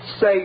say